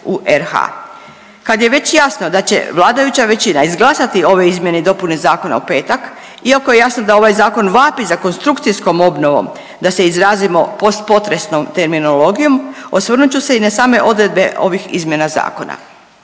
Kad je već jasno da će vladajuća većina izglasati ove izmjene i dopune zakona u petak iako je javno da ovaj Zakon vapi za konstrukcijskom obnovom, da se izrazimo postpotresnom terminologijom, osvrnut ću se i na same odredbe ovih izmjena zakona.